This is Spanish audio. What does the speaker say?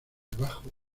debajo